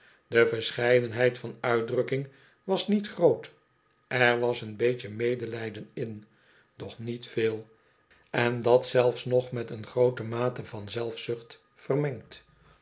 de verscheidenheid van uitdrukking was niet groot er was een beetje medelijden in doch niet veel en dat zelfs nog met eengroote mate van zelfzucht vermengd